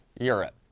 Europe